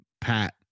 Pat